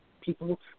people